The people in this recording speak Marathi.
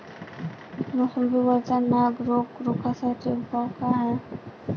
मोसंबी वरचा नाग रोग रोखा साठी उपाव का हाये?